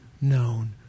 known